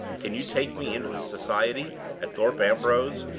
can you take me into the society at thorpe ambrose?